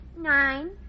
Nine